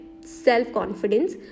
self-confidence